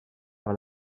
par